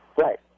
Right